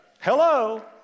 Hello